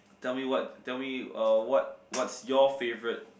tell me what tell me uh what what's your favourite